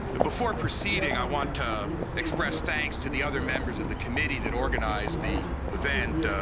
before proceeding, i want to express thanks to the other members of the committee that organized the event,